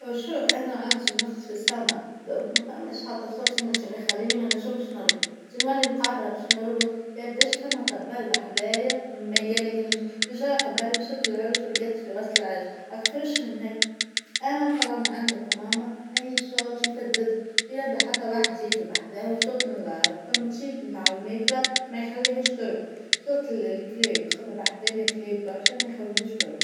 وشو أنا عندى نقص فى السمع دونت مفهماش حتى الصوت فيهم فين يخلينى ما نجمش نرقد، تى نولي بيش نرقد يبداش فيما طبال بحدايا ميجلجنيش، جدا قبل مشيت العرس ورقدت في وسط العرس اكثرش من هيك، أنا مثلا عندك وماما أي صوت يفدد فى يد حتى واحديك بحداها وصوت التخطيط بتاع المقلا اه ما يخليهاش ترقد، صوت الكلاب خاطر بحدانا كلاب برشا ما يخلوهاش ترقد.